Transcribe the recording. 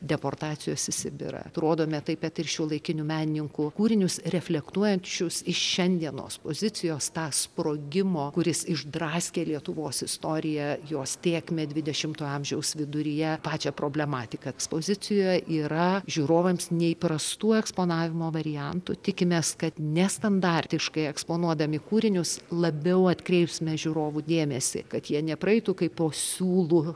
deportacijos į sibirą atrodome taip pet ir šiuolaikinių menininkų kūrinius reflektuojančius iš šiandienos pozicijos tą sprogimo kuris išdraskė lietuvos istoriją jos tėkmę dvidešimto amžiaus viduryje pačią problematiką ekspozicijoje yra žiūrovams neįprastų eksponavimo variantų tikimės kad nestandartiškai eksponuodami kūrinius labiau atkreipsime žiūrovų dėmesį kad jie nepraeitų kaip po siūlų